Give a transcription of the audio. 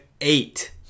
eight